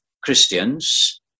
Christians